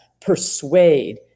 persuade